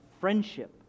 friendship